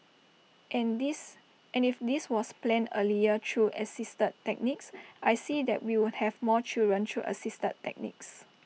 and this and if this was planned earlier through assisted techniques I see that we would have more children through assisted techniques